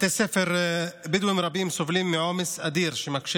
בתי ספר בדואיים רבים סובלים מעומס אדיר שמקשה